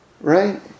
Right